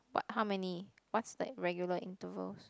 what how many what's the regular intervals